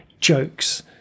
jokes